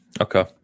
okay